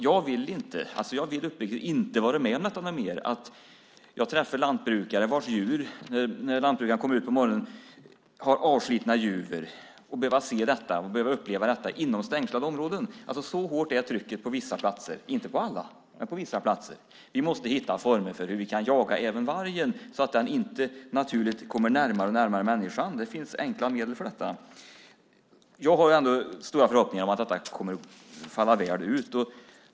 Jag vill uppriktigt inte någon gång mer vara med om att jag träffar lantbrukare vilkas djur när lantbrukaren kommer ut på morgonen har avslitna juver. Man ska inte behöva se och uppleva detta inom stängslade områden. Så hårt är trycket på vissa platser, men inte på alla. Vi måste hitta former för hur vi kan jaga även vargen så att den inte naturligt kommer allt närmare människan. Det finns enkla medel för detta. Jag har förhoppningar om att det kommer att falla väl ut.